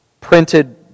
printed